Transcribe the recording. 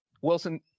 Wilson